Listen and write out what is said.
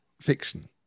fiction